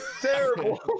terrible